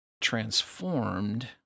transformed